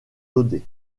daudet